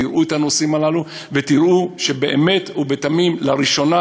תראו את הנושאים הללו ותראו שבאמת ובתמים לראשונה,